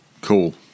Cool